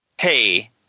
Hey